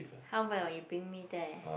how about you bring me there